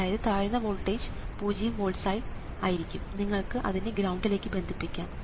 അതായത് താഴ്ന്ന വോൾട്ടേജ് പൂജ്യം വോൾട്സ് ആയിരിക്കും നിങ്ങൾക്ക് അതിനെ ഗ്രൌണ്ടിലേക്ക് ബന്ധിപ്പിക്കാം